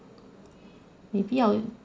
maybe I would